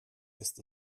ist